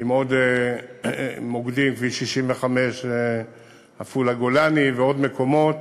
עם עוד מוקדים, כביש 65, עפולה גולני, ועוד מקומות